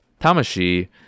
tamashi